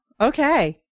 Okay